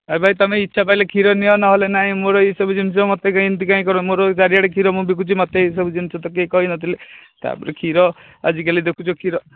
ଆରେ ଭାଇ ତୁମେ ଇଚ୍ଛା ପାଇଲେ କ୍ଷୀର ନିଅ ନହେଲେ ନାହିଁ ମୋର ଏସବୁ ଜିନିଷ ମୋତେ କାଇଁ ଏମିତି କାଇଁ କର ମୋର ଚାରିଆଡେ କ୍ଷୀର ମୁଁ ବିକୁଛି ମୋତେ ଏସବୁ ଜିନିଷ ତ କେହି କହିନଥିଲେ ତା'ପରେ କ୍ଷୀର ଆଜି କାଲି ଦେଖୁଛ କ୍ଷୀର